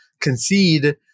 concede